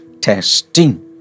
testing